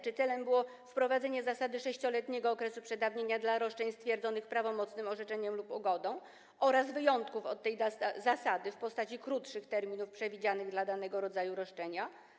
Czy celem było wprowadzenie zasady 6-letniego okresu przedawnienia dla roszczeń stwierdzonych prawomocnym orzeczeniem lub ugodą oraz wyjątków od tej zasady w postaci krótszych terminów przewidzianych dla danego rodzaju roszczenia?